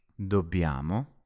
Dobbiamo